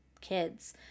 kids